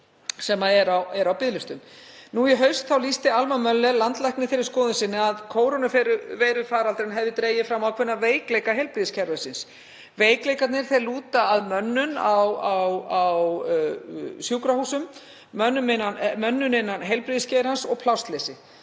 sem er á biðlistum. Í haust lýsti Alma Möller landlæknir þeirri skoðun sinni að kórónuveirufaraldurinn hefði dregið fram ákveðna veikleika heilbrigðiskerfisins. Veikleikarnir lúta að mönnun á sjúkrahúsum, mönnun innan heilbrigðisgeirans og plássleysi.